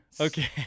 Okay